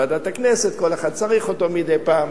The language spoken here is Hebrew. ועדת הכנסת וכל אחד צריך אותו מדי פעם,